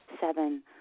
Seven